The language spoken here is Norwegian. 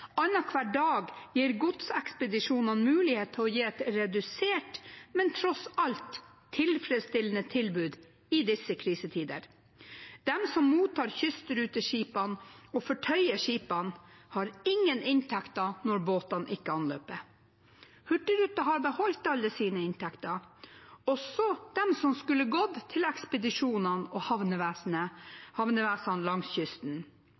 dag gir godsekspedisjonene mulighet til å gi et redusert, men tross alt tilfredsstillende tilbud i disse krisetider. De som mottar kystruteskipene og fortøyer skipene, har ingen inntekter når båtene ikke anløper. Hurtigruten har beholdt alle sine inntekter – også dem som skulle gått til ekspedisjonene og havnevesenet langs kysten.